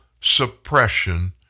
suppression